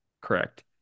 correct